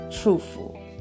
truthful